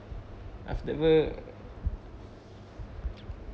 after bur~